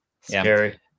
scary